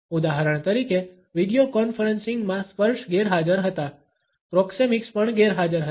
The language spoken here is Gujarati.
ઉદાહરણ તરીકે વીડિયો કોન્ફરન્સિંગમાં સ્પર્શ ગેરહાજર હતા પ્રોક્સેમિક્સ પણ ગેરહાજર હતા